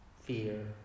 fear